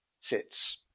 sits